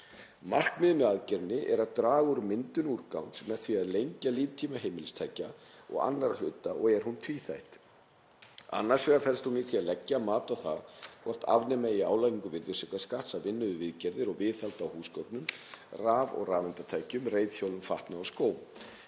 Markmiðið með aðgerðinni er að draga úr myndun úrgangs með því að lengja líftíma heimilistækja og annarra hluta og er hún tvíþætt. Annars vegar felst hún í því að leggja mat á það hvort afnema eigi álagningu virðisaukaskatts af vinnu við viðgerðir og viðhald á húsgögnum, raf- og rafeindatækjum, reiðhjólum, fatnaði og skóm.